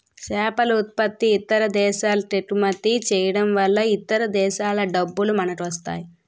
సేపలుత్పత్తి ఇతర దేశాలకెగుమతి చేయడంవలన ఇతర దేశాల డబ్బులు మనకొస్తాయి